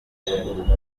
benshi